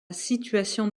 situation